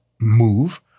move